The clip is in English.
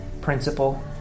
principle